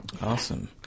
Awesome